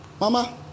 Mama